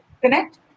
connect